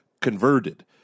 converted